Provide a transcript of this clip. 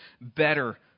better